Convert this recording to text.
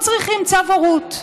לא צריכים צו הורות.